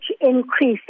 increase